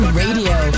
radio